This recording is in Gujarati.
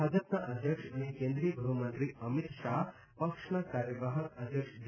ભાજપના અધ્યક્ષ અને કેન્દ્રિય ગ્રહમંત્રી અમીત શાહ પક્ષના કાર્યવાહક અધ્યક્ષ જે